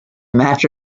match